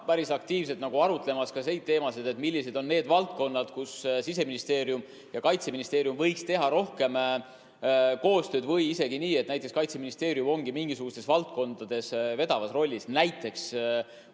päris aktiivselt arutamas ka neid teemasid, millised on need valdkonnad, kus Siseministeerium ja Kaitseministeerium võiksid teha rohkem koostööd või isegi nii, et Kaitseministeerium ongi mingisugustes valdkondades vedavas rollis. Näiteks, kui